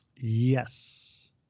Yes